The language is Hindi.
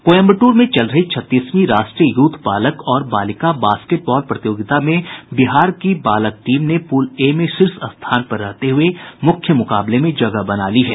कोयंबटूर में चल रही छत्तीसवीं राष्ट्रीय यूथ बालक और बालिका बास्केटबॉल प्रतियोगिता में बिहार की बालक टीम ने पुल ए में शीर्ष स्थान पर रहते हुये मुख्य मुकाबले में जगह बना ली है